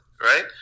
right